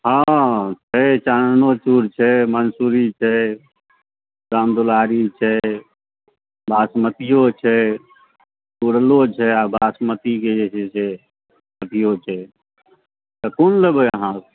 हँ छै चाननो चूर छै मन्सूरी छै रामदुलारी छै बासमतिओ छै तोड़लो छै बासमतीके जे छै से एथिओ छै तऽ कोन लेबै अहाँ